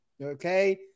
Okay